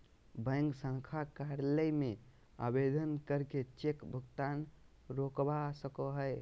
bank शाखा कार्यालय में आवेदन करके चेक भुगतान रोकवा सको हय